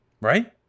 Right